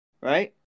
Right